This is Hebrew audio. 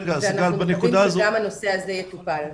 ואנחנו מקווים שגם הנושא הזה יטופל.